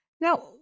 Now